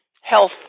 health